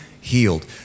healed